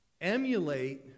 emulate